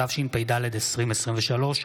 התשפ"ד 2023,